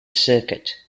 circuit